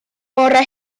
bore